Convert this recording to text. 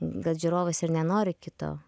gal žiūrovas ir nenori kito